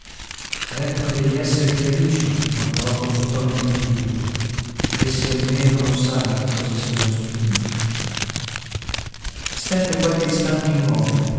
ecco degli esseri felici mormorò con un tono d'invidia essi almeno non sanno che cosa sia lo spleen stette qualche istante immobile